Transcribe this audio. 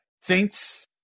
Saints